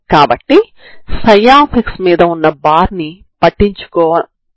కాబట్టి దీనిని మీరు తొలగించ వచ్చు